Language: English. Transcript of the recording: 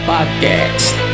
Podcast